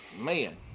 man